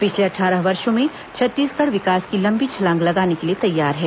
पिछले अट्ठारह वर्षों में छत्तीसगढ़ विकास की लंबी छलांग लगाने के लिए तैयार है